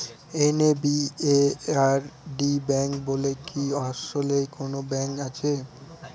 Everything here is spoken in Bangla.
এন.এ.বি.এ.আর.ডি ব্যাংক বলে কি আসলেই কোনো ব্যাংক আছে?